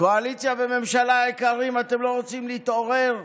קואליציה וממשלה יקרים, אתם לא רוצים להתעורר?